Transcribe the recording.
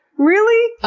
really?